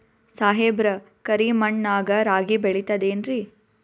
ಸಾಹೇಬ್ರ, ಕರಿ ಮಣ್ ನಾಗ ರಾಗಿ ಬೆಳಿತದೇನ್ರಿ?